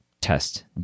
test